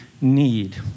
need